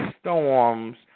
storms